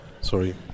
sorry